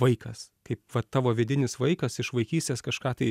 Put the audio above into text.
vaikas kaip vat tavo vidinis vaikas iš vaikystės kažką tai